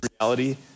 reality